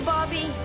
Bobby